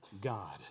God